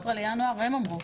13 בינואר הם אמרו.